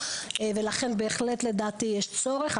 ולכן בהחלט יש צורך.